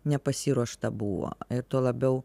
nepasiruošta buvo tuo labiau